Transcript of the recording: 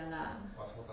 ya lah